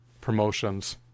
promotions